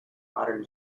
modern